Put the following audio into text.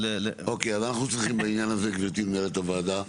אז אנחנו צריכים בעניין הזה גבירתי מנהלת הוועדה,